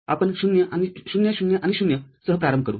आपण ० ० आणि ० सह प्रारंभ करू